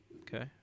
Okay